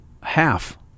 half